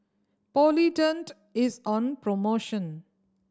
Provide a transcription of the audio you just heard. Polident is on promotion